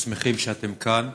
ושמחים שאתם כאן.